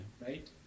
right